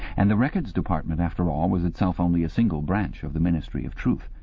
and the records department, after all, was itself only a single branch of the ministry of truth,